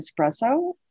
espresso